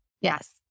Yes